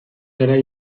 zara